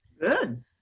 Good